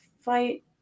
fight